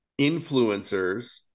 influencers